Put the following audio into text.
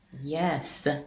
Yes